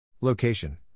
Location